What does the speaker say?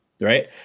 Right